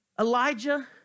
Elijah